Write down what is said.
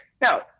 Now